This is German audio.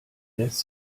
lässt